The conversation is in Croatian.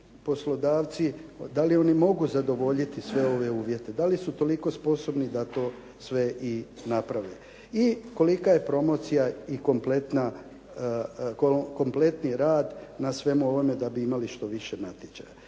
dali oni mogu zadovoljiti sve ove uvjete? dali su toliko sposobni da to sve i naprave? I kolika je promocija i kompletni rad na svemu ovome da bi imali što više natječaja?